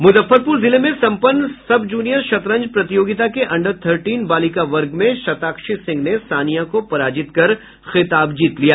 मुजफ्फरपुर जिले में सम्पन्न सब जूनियर शतरंज प्रतियोगिता के अंडर थर्टीन बालिका वर्ग में शताक्षी सिंह ने सानिया को पराजित कर खिताब पर कब्जा जमा लिया